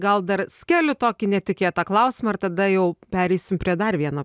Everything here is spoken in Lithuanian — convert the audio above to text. gal dar skeliu tokį netikėtą klausimą ir tada jau pereisim prie dar vieno